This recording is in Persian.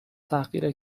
تحقیر